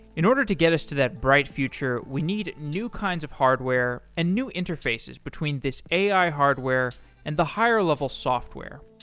in order to get us to that bright future, we need new kinds of hardware and new interfaces between this ai hardware and the higher level software.